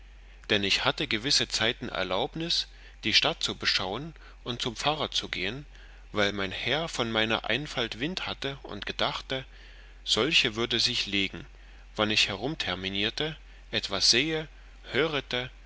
dann ich hatte gewisse zeiten erlaubnus die stadt zu beschauen und zum pfarrer zu gehen weil mein herr von meiner einfalt wind hatte und gedachte solche würde sich legen wann ich herumterminierte etwas sähe hörete